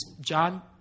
John